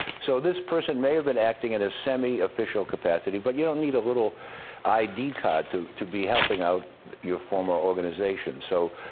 so, this person may have been acting in a semi-official capacity. but you don't need a little id card to to be helping out your formal organization. so,